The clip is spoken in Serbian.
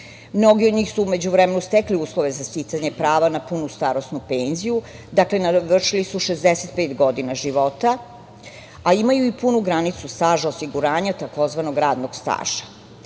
Mnogi od njih su u međuvremenu stekli uslove za sticanje prava na punu starosnu penziju, dakle, navršili su 65 godina života, a imaju i punu granicu staža osiguranja, tzv. radnog staža.